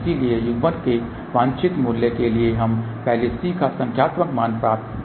इसलिए युग्मन के वांछित मूल्य के लिए हम पहले C का संख्यात्मक मान पाते हैं